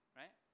right